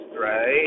right